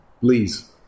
Please